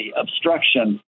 obstruction